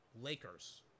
Lakers